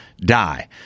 die